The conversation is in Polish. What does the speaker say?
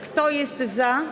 Kto jest za?